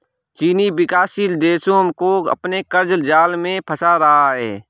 चीन विकासशील देशो को अपने क़र्ज़ जाल में फंसा रहा है